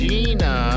Gina